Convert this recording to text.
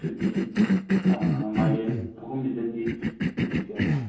ꯑꯗꯨꯗꯤ ꯑꯥ ꯃꯥꯏꯔꯦꯟ ꯑꯍꯨꯝꯁꯤꯗꯗꯤ ꯀꯦ ꯖꯤ ꯀꯌꯥ ꯇꯥꯔꯦ